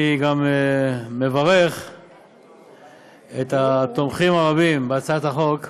אני גם מברך את התומכים הרבים בהצעת החוק,